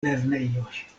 lernejoj